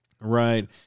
Right